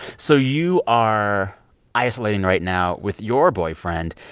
so you are isolating right now with your boyfriend.